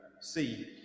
See